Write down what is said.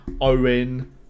Owen